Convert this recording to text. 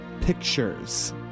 pictures